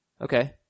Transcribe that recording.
Okay